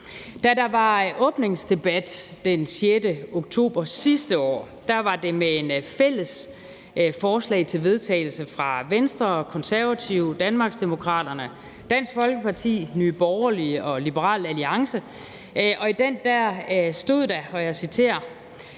Da der var åbningsdebat den 6. oktober sidste år, var det med et fælles forslag til vedtagelse fra Venstre, Konservative, Danmarksdemokraterne, Dansk Folkeparti, Nye Borgerlige og Liberal Alliance, og i det stod der: »Folketinget